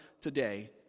today